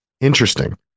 Interesting